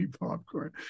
popcorn